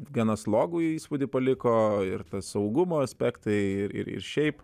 gana slogų įspūdį paliko ir tas saugumo aspektai ir ir šiaip